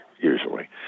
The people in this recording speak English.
usually